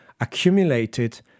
accumulated